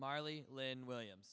marley lynn williams